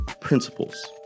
principles